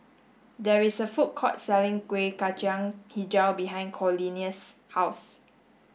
there is a food court selling Kueh Kacang Hijau behind Cornelius' house